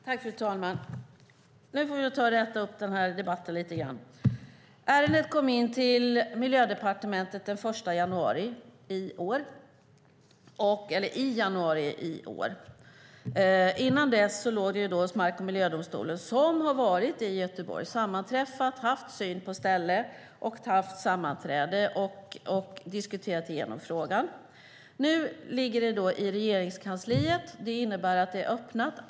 Fru talman! Nu får vi räta upp debatten lite grann. Ärendet kom in till Miljödepartementet i januari i år. Innan dess låg det hos mark och miljödomstolen, som har varit i Göteborg, haft syn på stället, sammanträtt och diskuterat frågan. Nu ligger ärendet i Regeringskansliet. Det innebär att ärendet är öppet.